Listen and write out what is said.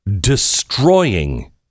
destroying